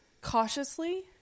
cautiously